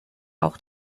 auch